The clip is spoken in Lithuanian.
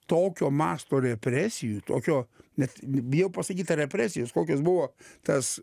tokio masto represijų tokio net bijau pasakyt represijos kokios buvo tas